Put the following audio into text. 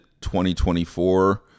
2024